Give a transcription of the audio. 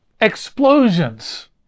explosions